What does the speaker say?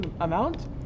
amount